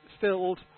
filled